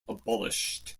abolished